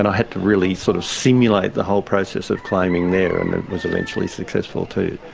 and had to really sort of simulate the whole process of claiming there, and it was eventually successful too.